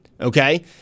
okay